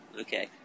Okay